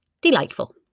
Delightful